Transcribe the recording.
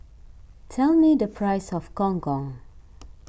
tell me the price of Gong Gong